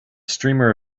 streamer